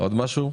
עוד משהו?